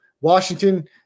Washington